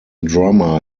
drummer